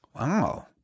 wow